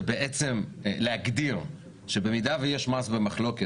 בעצם להגדיר שבמידה ויש מס במחלוקת,